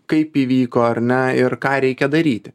kaip įvyko ar ne ir ką reikia daryti